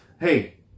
hey